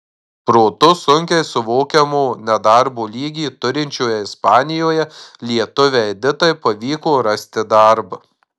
protu sunkiai suvokiamo nedarbo lygį turinčioje ispanijoje lietuvei editai pavyko rasti darbą